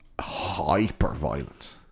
hyper-violent